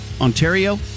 Ontario